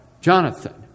Jonathan